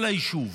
כל היישוב